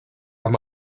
amb